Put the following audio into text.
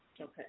Okay